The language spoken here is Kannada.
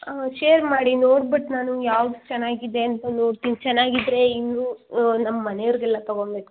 ಶೇರ್ ಮಾಡಿ ನೋಡ್ಬಿಟ್ಟು ನಾನು ಯಾವ್ದು ಚೆನ್ನಾಗಿದೆ ಅಂತ ನೋಡ್ತೀನಿ ಚೆನ್ನಾಗಿದ್ರೆ ಇನ್ನೂ ನಮ್ಮ ಮನೆಯವ್ರಿಗೆಲ್ಲ ತಗೊಂಬೇಕು